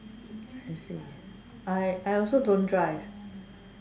I see I I also don't drive